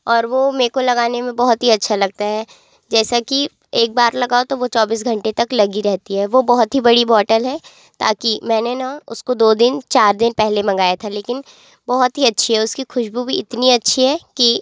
और वो मे को लगाने में बहुत ही अच्छा लगता है जैसा कि एक बार लगाओ तो वो चौबीस घंटे तक लगी रहती है वो बहुत ही बड़ी बॉटल है ताकि मैंने ना उसको दो दिन चार दिन पहले मंगाया था लेकिन बहुत ही अच्छी है उसकी ख़ुशबू भी इतनी अच्छी है कि